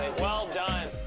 well done.